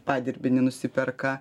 padirbinį nusiperka